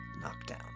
Knockdown